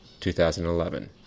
2011